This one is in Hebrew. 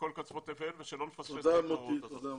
מכל קצוות תבל ושלא נפספס את ההזדמנות הזאת.